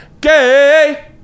gay